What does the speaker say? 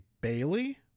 bailey